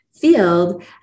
field